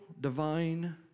divine